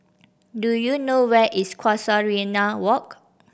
do you know where is Casuarina Walk